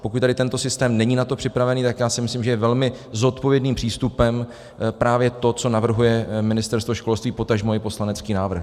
Pokud tady tento systém není na to připravený, tak já si myslím, že je velmi zodpovědným přístupem právě to, co navrhuje Ministerstvo školství, potažmo i poslanecký návrh.